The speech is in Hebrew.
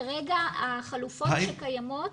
כרגע החלופות שקיימות,